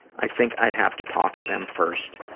i think i'd have to talk to them first.